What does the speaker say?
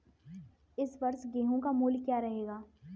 इस वर्ष गेहूँ का मूल्य क्या रहेगा?